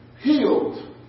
healed